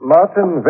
Martin